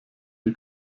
die